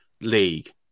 league